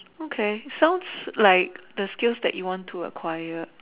okay sounds like the skills that you want to acquire